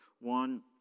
one